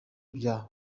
bya